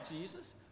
Jesus